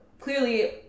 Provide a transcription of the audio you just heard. clearly